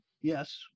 yes